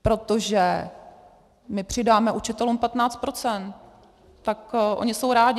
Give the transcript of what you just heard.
Protože my přidáme učitelům 15 %, tak oni jsou rádi.